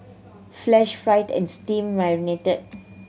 flash fried and steam marinated